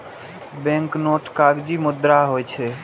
banknote कागजी मुद्रा होइ छै